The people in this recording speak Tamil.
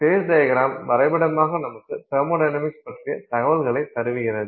ஃபேஸ் டையக்ரம் வரைபடமாக நமக்கு தெர்மொடைனமிக்ஸ் பற்றிய தகவல்களை தருகிறது